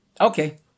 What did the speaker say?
Okay